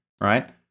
right